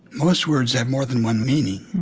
most words have more than one meaning,